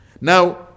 Now